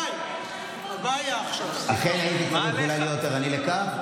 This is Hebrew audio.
אני צריך להיות יותר ערני לכך,